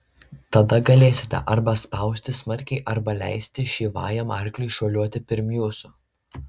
tada galėsite arba spausti smarkiai arba leisti šyvajam arkliukui šuoliuoti pirm jūsų